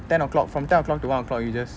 ten o'clock from ten o'clock to one o'clock you just